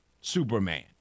Superman